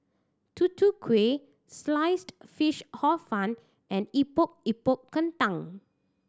Tutu Kueh Sliced Fish Hor Fun and Epok Epok Kentang